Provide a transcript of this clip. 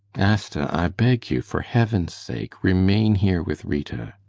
asta, i beg you for heaven's sake remain here with rita!